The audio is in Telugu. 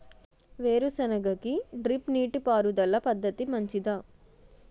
వేరుసెనగ కి డ్రిప్ నీటిపారుదల పద్ధతి మంచిదా?